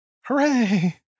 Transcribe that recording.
hooray